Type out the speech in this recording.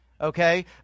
Okay